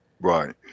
Right